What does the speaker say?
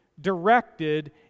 directed